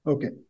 Okay